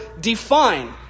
define